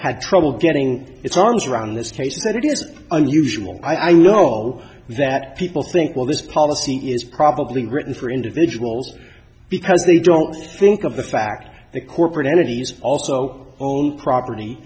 had trouble getting its arms around in this case that it is unusual i know that people think well this policy is probably written for individuals because they don't think of the fact that corporate entities also own property